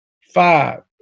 five